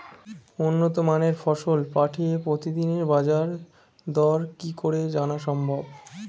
উন্নত মানের ফসল পাঠিয়ে প্রতিদিনের বাজার দর কি করে জানা সম্ভব?